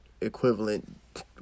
equivalent